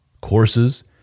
courses